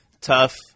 tough